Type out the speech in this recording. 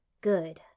Good